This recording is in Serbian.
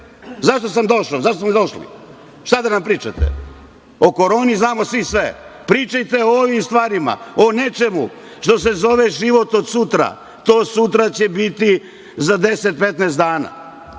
sve vreme tu? Zašto smo došli? Šta da nam pričate? O koroni znamo svi sve. Pričajte o ovim stvarima, o nečemu što se zove život od sutra. To sutra će biti za 10-15 dana.